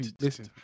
listen